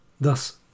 Thus